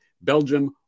Belgium